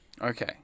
okay